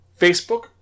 facebook